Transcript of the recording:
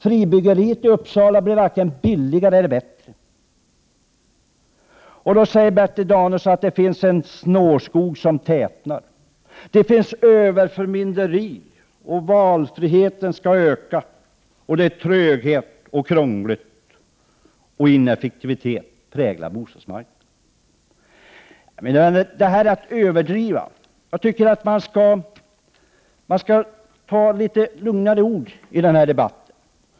Fribyggandet i Uppsala blev varken billigare eller bättre. Bertil Danielsson säger att det finns en snårskog som tätnar. Där finns ett överförmynderi, men valfriheten skall få öka, det finns en tröghet, saker är krångliga och ineffektivitet präglar bostadsmarknaden. Mina vänner, detta är att överdriva. Jag tycker att man skall använda litet lugnare ord i denna debatt.